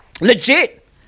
Legit